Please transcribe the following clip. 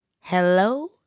Hello